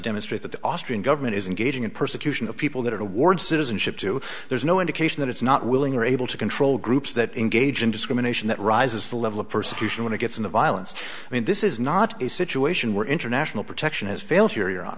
demonstrate that the austrian government is engaging in persecution of people that award citizenship to there's no indication that it's not willing or able to control groups that engage in discrimination that rises the level of persecution when it gets into violence i mean this is not a situation where international protection has fail